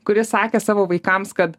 kuris sakė savo vaikams kad